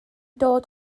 dod